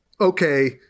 okay